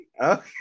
okay